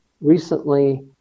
recently